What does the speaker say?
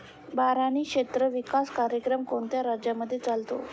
बारानी क्षेत्र विकास कार्यक्रम कोणत्या राज्यांमध्ये चालतो?